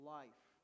life